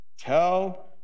Tell